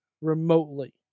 remotely